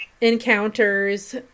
encounters